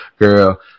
girl